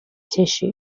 tissue